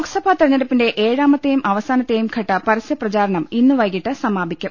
ലോക്സഭാ തെരഞ്ഞെടുപ്പിന്റെ ഏഴാമത്തെയും അവസാന ത്തെയും ഘട്ട പരസ്യപ്രചാരണം ഇന്നു വൈകിട്ട് സമാപിക്കും